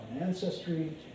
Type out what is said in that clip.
ancestry